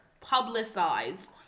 publicized